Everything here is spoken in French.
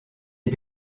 est